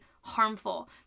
harmful